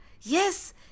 Yes